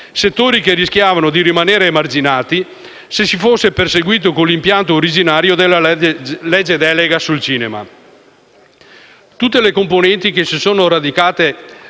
settori che rischiavano di rimanere emarginati se si fosse proseguito con l'impianto originario della legge delega sul cinema.